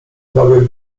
uwagę